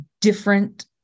different